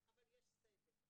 אבל יש סדר.